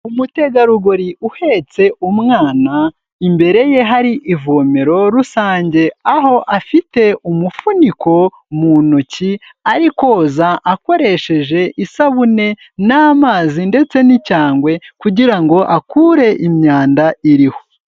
Umutegarugori uhetse umwana, imbere ye hari ivomero rusange, aho afite umufuniko mu ntoki ari koza akoresheje isabune n'amazi ndetse n'icyangwe kugira ngo akure imyanda iriho.